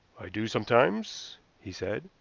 i do sometimes, he said,